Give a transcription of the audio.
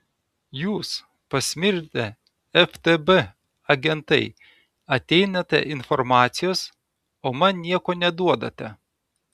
jūs pasmirdę ftb agentai ateinate informacijos o man nieko neduodate